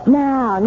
now